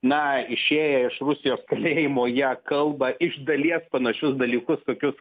na išėję iš rusijos kalėjimo jie kalba iš dalies panašius dalykus kokius